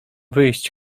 wyjść